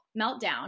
meltdown